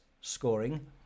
scoring